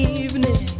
evening